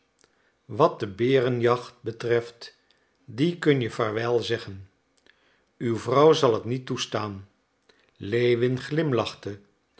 wat de berenjacht betreft die kun je vaarwel zeggen uw vrouw zal t niet toestaan lewin glimlachte